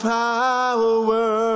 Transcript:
power